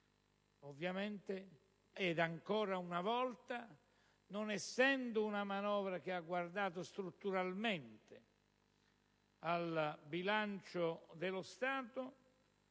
Ovviamente, ed ancora una volta, non essendo una manovra che ha guardato strutturalmente al bilancio dello Stato,